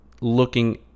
looking